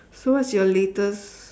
so what's your latest